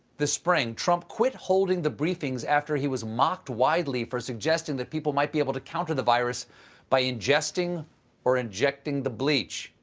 this spring, trump quit holding the briefings after he was mocked widely for suggesting that people might be able to counter the virus by ingesting or injecting bleach.